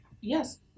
Yes